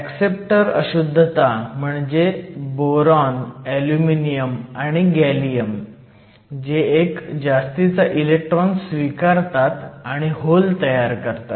acceptor अशुद्धता म्हणजे boron aluminium आणि गॅलियम जे एक जास्तीचा इलेक्ट्रॉन स्वीकारतात आणि होल तयार करतात